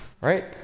right